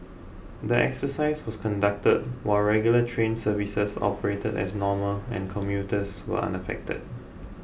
the exercise was conducted while regular train services operated as normal and commuters were unaffected